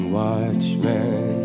watchmen